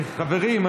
חברים,